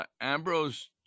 Ambrose